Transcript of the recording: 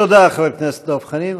תודה, חבר הכנסת דב חנין.